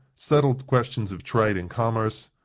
settle questions of trade and commerce,